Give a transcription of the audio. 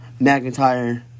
McIntyre